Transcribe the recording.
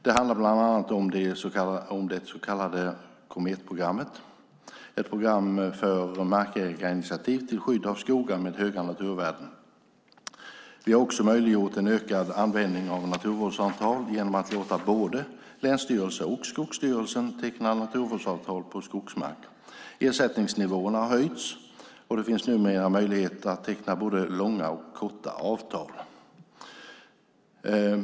Det handlar bland annat om det så kallade Kometprogrammet, ett program för markägarinitiativ till skydd av skogar med höga naturvärden. Vi har också möjliggjort en ökad användning av naturvårdsavtal genom att låta både länsstyrelser och Skogsstyrelsen teckna naturvårdsavtal på skogsmark. Ersättningsnivåerna har höjts, och det finns numera möjlighet att teckna både långa och korta avtal.